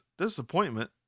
disappointment